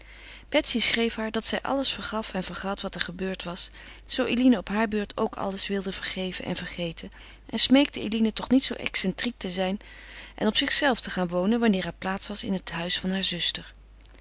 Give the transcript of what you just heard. schreef haar dat zij alles vergaf en vergat wat er gebeurd was zoo eline op hare beurt ook alles wilde vergeven en vergeten en smeekte eline toch niet zoo excentriek te zijn en op zichzelve te gaan wonen wanneer er plaats was in het huis harer zuster